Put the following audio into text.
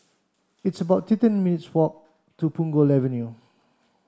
it's about thirteen minutes' walk to Punggol Avenue